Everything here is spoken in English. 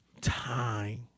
time